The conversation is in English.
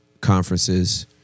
conferences